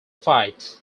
fight